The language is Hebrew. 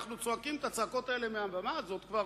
שאנחנו צועקים את הצעקות האלה מהבמה הזאת כבר